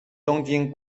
东京